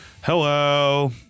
Hello